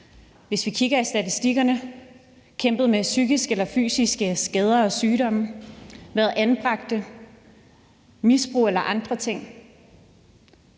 hvis vi kigger i statistikkerne, har kæmpet med psykiske eller fysiske skader og sygdomme, har været anbragte og haft et misbrug og andre ting.